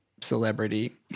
celebrity